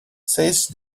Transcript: says